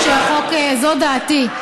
זו דעתי,